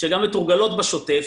שגם מתורגלות בשוטף,